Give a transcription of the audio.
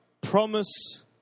promise